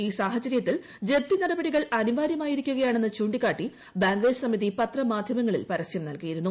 ഈ സാഹചര്യത്തിൽ ജപ്തി നടപടികൾ അനിവാര്യമായിരിക്കുകയാണെന്ന് ചൂണ്ടിക്കാട്ടി ബാങ്കേഴ്സ് സമിതി പത്രമാധ്യമങ്ങളിൽ പരസ്യം നൽകിയിരുന്നു